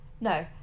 no